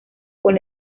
con